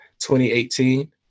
2018